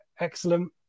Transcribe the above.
excellent